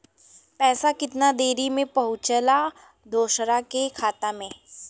पैसा कितना देरी मे पहुंचयला दोसरा के खाता मे?